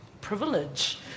privilege